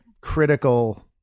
critical